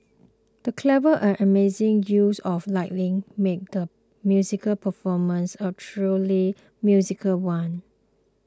the clever and amazing use of lighting made the musical performance a truly musical one